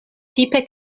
tipe